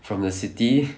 from the city